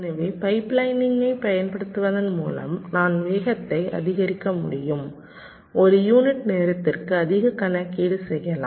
எனவே பைப்லைனிங்கைப் பயன்படுத்துவதன் மூலம் நாம் வேகத்தை அதிகரிக்க முடியும் ஒரு யூனிட் நேரத்திற்கு அதிக கணக்கீடு செய்யலாம்